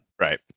Right